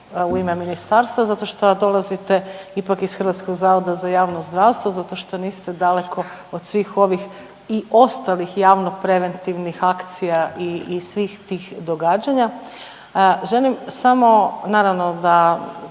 u ime ministarstva zato što dolazite ipak iz HZJZ, zato što niste daleko od svih ovih i ostalih javno preventivnih akcija i, i svih tih događanja. Želim samo, naravno da